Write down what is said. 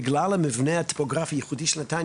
בגלל המבנה הטופוגרפי הייחודי של נתניה,